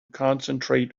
concentrate